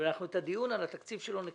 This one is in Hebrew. אבל את הדיון על התקציב שלו אנחנו נקיים.